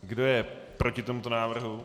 Kdo je proti tomuto návrhu?